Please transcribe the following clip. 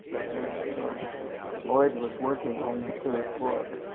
as lloyd was working on the third book,